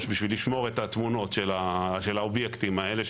בשביל לשמור את התמונות של האובייקטים האלה,